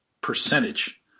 percentage